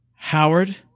Howard